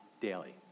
daily